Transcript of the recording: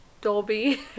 Dolby